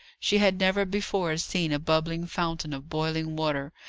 she had never before seen a bubbling fountain of boiling water,